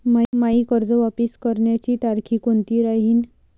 मायी कर्ज वापस करण्याची तारखी कोनती राहीन?